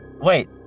Wait